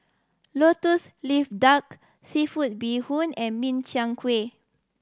Lotus Leaf Duck seafood bee hoon and Min Chiang Kueh